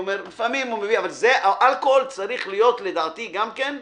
אבל האלכוהול צריך להיות לדעתי גם כן חלק.